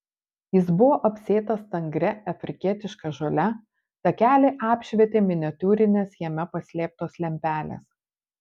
jis buvo apsėtas stangria afrikietiška žole takelį apšvietė miniatiūrinės jame paslėptos lempelės